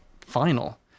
final